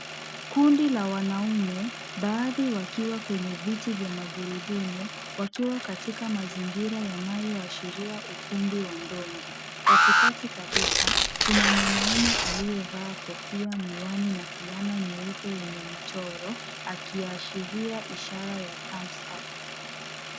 Kundi la wanaume, baadhi wakiwa kwenye viti vya magurudumu, wakiwa katika mazingira yanayoashiria ukumbi wa ndondi. Katikati kabisa kuna mwanamume aliyevaa kofia, miwani na fulana nyeupe yenye michoro, akiashiria ishara ya thumbs up .